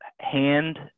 Hand